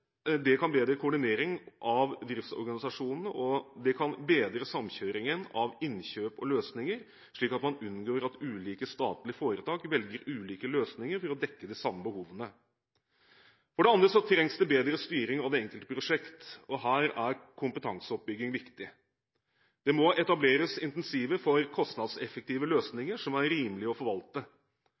Det kan bedre koordinering av driftsorganisasjonene og det kan bedre samkjøringen av innkjøp og løsninger, slik at man unngår at ulike statlige foretak velger ulike løsninger for å dekke de samme behovene. For det andre trengs det bedre styring av det enkelte prosjekt, og her er kompetanseoppbygging viktig. Det må etableres incentiver for kostnadseffektive løsninger som er rimelige å forvalte.